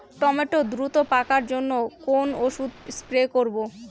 Tomato দ্রুত পাকার জন্য কোন ওষুধ স্প্রে করব?